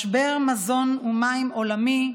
משבר מזון ומים עולמי,